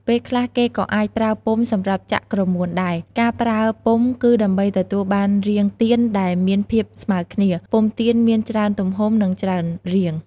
ពេលខ្លះ គេក៏អាចប្រើពុម្ពសម្រាប់ចាក់ក្រមួនដែរ ការប្រើពុម្ពគឺដើម្បីទទួលបានរាងទៀនដែលមានភាពស្មើគ្នា ពុម្ពទៀនមានច្រើនទំហំ និងច្រើនរាង។